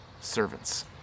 servants